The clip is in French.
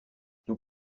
nous